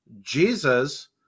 jesus